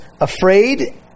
afraid